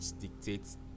dictates